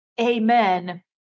Amen